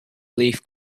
leaf